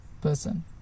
person